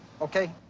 Okay